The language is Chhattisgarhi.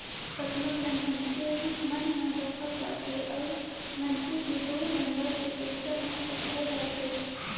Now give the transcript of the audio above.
कतनो झन मइनसे मन हर धोखा खाथे अउ मइनसे के दु नंबर के पइसा हर पकड़ाए जाथे